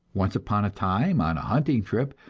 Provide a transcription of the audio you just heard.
once upon a time, on a hunting trip,